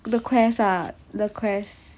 the quest ah the quest